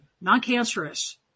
non-cancerous